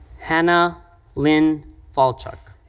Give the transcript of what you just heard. hannah lynne falchuk.